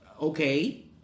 Okay